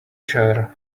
chair